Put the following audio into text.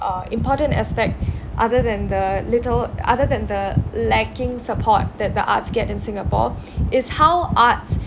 uh important aspect other than the little other than the lacking support that the arts get in singapore is how arts